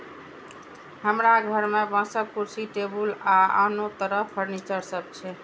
हमरा घर मे बांसक कुर्सी, टेबुल आ आनो तरह फर्नीचर सब छै